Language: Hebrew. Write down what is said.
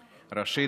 ראשית,